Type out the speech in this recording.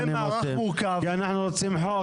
כי אנחנו רוצים חוק